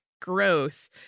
growth